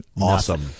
awesome